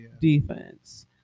defense